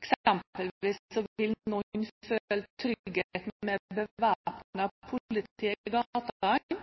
Eksempelvis vil noen føle trygghet med bevæpnet